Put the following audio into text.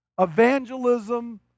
evangelism